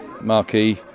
marquee